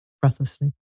breathlessly